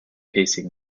casing